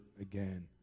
again